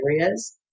areas